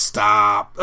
Stop